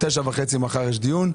09:30 מחר יש דיון.